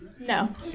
No